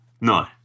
No